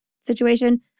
situation